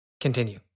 continue